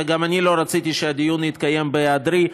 וגם אני לא רציתי שהדיון יתקיים בהיעדרי,